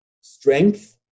strength